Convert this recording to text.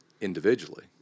individually